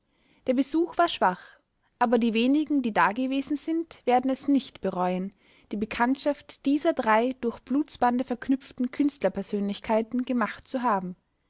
der besuch war schwach aber die wenigen die dagewesen sind werden es nicht bereuen die bekanntschaft dieser drei durch blutsbande verknüpften künstlerpersönlichkeiten gemacht zu haben